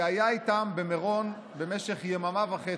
מי שהיה איתם במירון במשך יממה וחצי,